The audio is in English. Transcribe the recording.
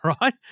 right